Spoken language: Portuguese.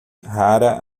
rara